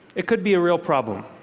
it could be a real problem.